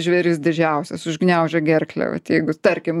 žvėris didžiausias užgniaužia gerklę vat jeigu tarkim